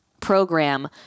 program